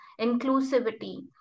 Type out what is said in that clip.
inclusivity